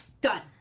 Done